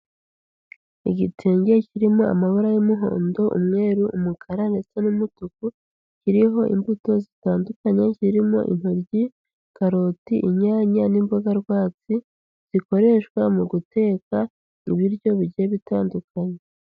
igitenge kirimo amabara y'umuhondo, umweru, umukara ndetse n'umutuku, kiriho imbuto zitandukanye zirimo intoryi, karoti, inyanya n'imboga rwatsi zikoreshwa mu guteka ibiryo bigiye bitandukanye.